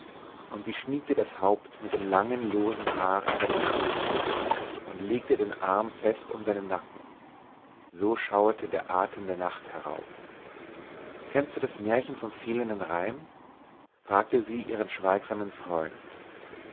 und sie schmiegte das haupt mit dem langen losen haar an seine schulter und legte den arm fest um seinen nacken so schauerte der atem der nacht herauf kennst du das märchen vom fehlenden reim fragte sie ihren schweigsamen freund